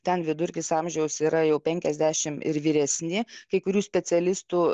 ten vidurkis amžiaus yra jau penkiasdešim ir vyresni kai kurių specialistų